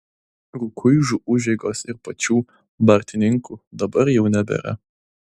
rukuižų užeigos ir pačių bartininkų dabar jau nebėra